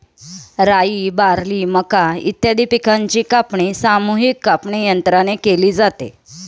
राई, बार्ली, मका इत्यादी पिकांची कापणी सामूहिक कापणीयंत्राने केली जाते